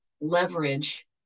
leverage